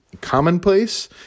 commonplace